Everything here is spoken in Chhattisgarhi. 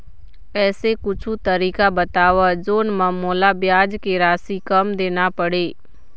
ऐसे कुछू तरीका बताव जोन म मोला ब्याज के राशि कम देना पड़े?